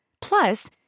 Plus